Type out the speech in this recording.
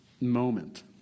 moment